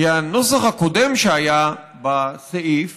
כי הנוסח הקודם שהיה בסעיף